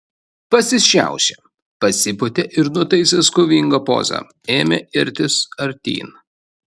pasišiaušė pasipūtė ir nutaisęs kovingą pozą ėmė irtis artyn